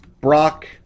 Brock